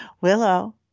Willow